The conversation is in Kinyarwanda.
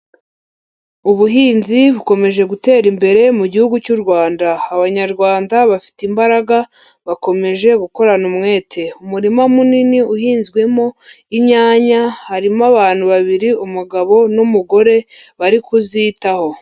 Ubuhinzi bukomeje gutera imbere mu gihugu cy'u Rwanda, Abanyarwanda bafite imbaraga bakomeje gukorana umwete, umurima munini uhinzwemo inyanya, harimo abantu babiri umugabo n'umugore bari kuzitaho.